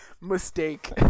Mistake